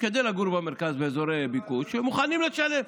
כדי לגור במרכז באזורי ביקוש, הם מוכנים לשלם.